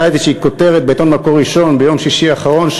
הייתה איזושהי כותרת בעיתון "מקור ראשון" ביום שישי האחרון,